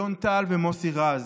אלון טל ומוסי רז,